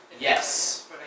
Yes